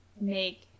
make